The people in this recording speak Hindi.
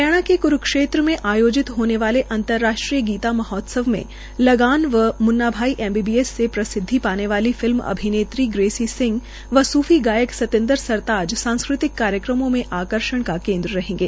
हरियाणा के क्रूक्षेत्र में आयोजित होने वाले अंतर्राष्ट्रीय गीता महोत्सव में लगान व मुन्ना भाई एमबीबीएस से प्रसिद्वि पाने वाली फिल्म अभिनेत्री ग्रेसी सिंह और सूफी गायक सतिन्द्र सरताज सांस्कृतिक कार्यक्रमों में आकर्षण का केन्द्र रहेंगे